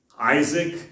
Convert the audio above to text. isaac